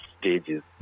stages